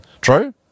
True